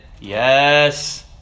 Yes